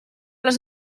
les